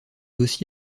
aussi